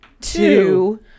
two